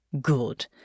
Good